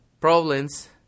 problems